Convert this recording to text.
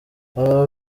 baba